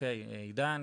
"אוקיי עידן,